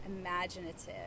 imaginative